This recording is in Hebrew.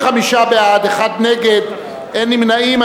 35 בעד, אחד נגד, אין נמנעים.